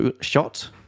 Shot